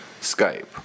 Skype